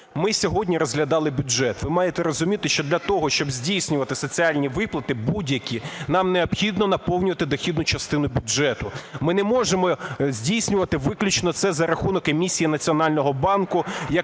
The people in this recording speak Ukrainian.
Ми сьогодні розглядали бюджет. Ви маєте розуміти, що для того, щоб здійснювати соціальні виплати будь-які, нам необхідно наповнювати дохідну частину бюджету. Ми не можемо здійснювати виключно це за рахунок емісії Національного банку,